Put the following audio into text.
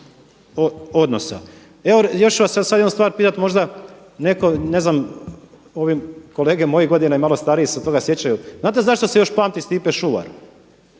odnosa. Evo još ću vas sad jednu stvar pitati možda netko ne znam kolege mojih godina i malo stariji se toga sjećaju. Znate zašto se još pamti Stipe Šuvar?